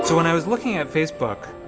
so when i was looking at facebook,